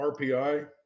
RPI